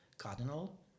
cardinal